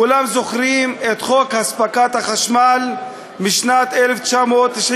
כולם זוכרים את חוק הספקת החשמל משנת 1996,